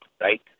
right